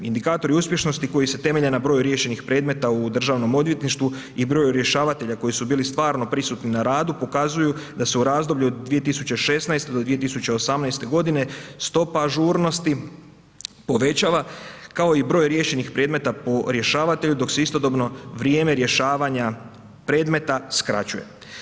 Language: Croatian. Indikatori uspješnosti koji se temelje na broju riješenih predmeta u državnom odvjetništvu i broju rješavatelja koji su bili stvarno prisutni na radu pokazuju da se u razdoblju od 2016. do 2018. godine stopa ažurnosti povećava kao i broj riješenih predmeta po rješavatelju dok se istodobno vrijeme rješavanja predmeta skraćuje.